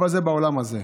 אבל זה בעולם הזה.